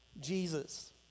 Jesus